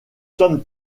sommes